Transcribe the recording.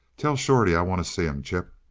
tell shorty i want t' see him, chip.